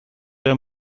der